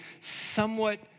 somewhat